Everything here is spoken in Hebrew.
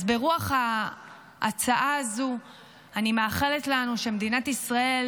אז ברוח ההצעה הזו אני מאחלת לנו שמדינת ישראל